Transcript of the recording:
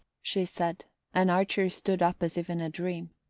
she said and archer stood up as if in a dream.